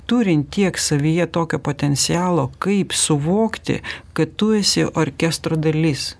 turint tiek savyje tokio potencialo kaip suvokti kad tu esi orkestro dalis